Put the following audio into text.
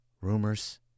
Rumors